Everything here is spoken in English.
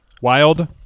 Wild